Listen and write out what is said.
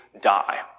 die